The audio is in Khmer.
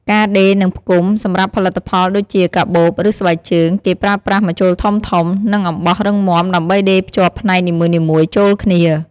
ការដេរ និងផ្គុំ សម្រាប់ផលិតផលដូចជា កាបូប ឬស្បែកជើង គេប្រើប្រាស់ម្ជុលធំៗ និងអំបោះរឹងមាំដើម្បីដេរភ្ជាប់ផ្នែកនីមួយៗចូលគ្នា។